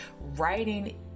Writing